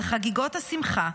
על חגיגות השמחה,